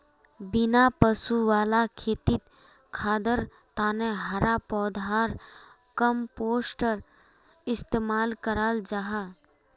बिना पशु वाला खेतित खादर तने हरा पौधार कम्पोस्ट इस्तेमाल कराल जाहा